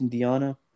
diana